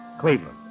Cleveland